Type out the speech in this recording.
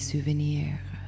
souvenirs